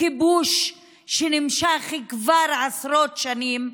כיבוש שנמשך כבר עשרות שנים,